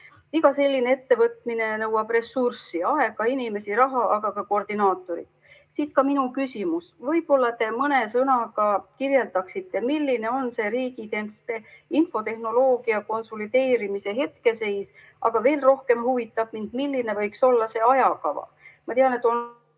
Iga selline ettevõtmine nõuab ressurssi: aega, inimesi, raha, aga ka koordinaatorit. Siit ka minu küsimus. Võib-olla te mõne sõnaga kirjeldaksite, milline on riigi infotehnoloogia konsolideerimise hetkeseis. Aga veel rohkem huvitab mind, milline võiks olla ajakava. Ma tean, et on